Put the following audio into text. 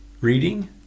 reading